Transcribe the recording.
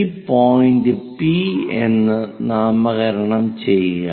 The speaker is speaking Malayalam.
ആ പോയിന്റിനെ പി എന്ന് നാമകരണം ചെയ്യുക